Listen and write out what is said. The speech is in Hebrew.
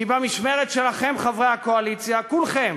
כי במשמרת שלכם, חברי הקואליציה, כולכם,